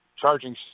charging